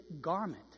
garment